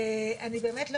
אני באמת לא